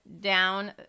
down